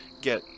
get